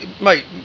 mate